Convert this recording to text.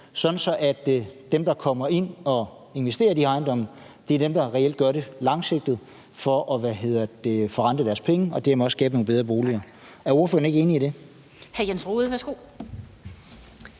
at dem, der kommer ind og investerer i de her ejendomme, er dem, der reelt gør det langsigtet for at forrente deres penge og skabe nogle bedre boliger. Er ordføreren ikke enig i det?